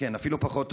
כן, אפילו פחות.